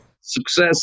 success